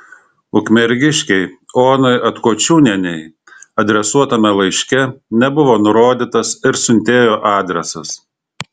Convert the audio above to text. ukmergiškei onai atkočiūnienei adresuotame laiške nebuvo nurodytas ir siuntėjo adresas